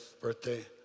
birthday